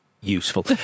useful